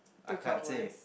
still cowboys